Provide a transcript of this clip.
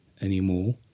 anymore